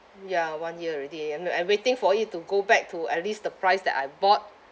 ya one year already you know I waiting for it to go back to at least the price that I bought